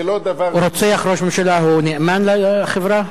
זה לא דבר, רוצח ראש ממשלה נאמן לחברה?